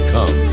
Come